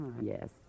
Yes